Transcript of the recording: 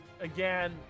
again